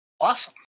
Awesome